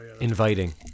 Inviting